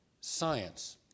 science